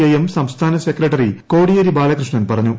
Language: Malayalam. ഐ എം സംസ്ഥാന സെക്രട്ടറി കോടിയേരി ബാലകൃഷ്ണൻ പറഞ്ഞു